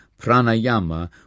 pranayama